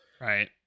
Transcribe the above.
Right